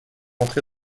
entrer